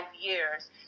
years